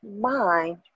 mind